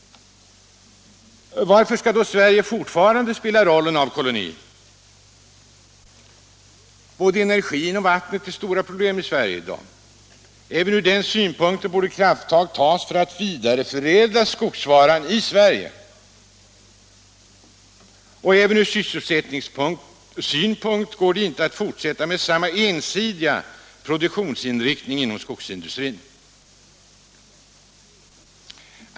Varför skall Sverige fortfarande spela rollen av koloni? Både energin och vattnet är i dag stora problem för Sverige. Även från den synpunkten borde krafttag tas för att vidareförädla skogsråvaran i Sverige. Även från sysselsättningssynpunkt går det inte att fortsätta med samma ensidiga produktionsinriktning inom skogsindustrin.